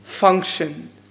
function